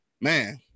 Man